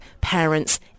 parents